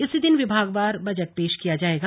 इसी दिन विभागवार बजट पेश किया जाएगा